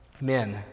men